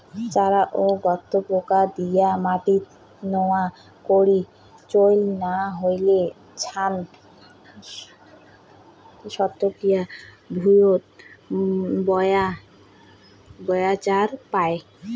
চ্যারা ও গুপোকা দিয়া মাটিত নয়া করি চইল না হইলে, ছান শুকিয়া ভুঁইয়ত রয়া যাবার পায়